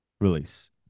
release